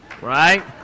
Right